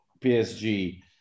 PSG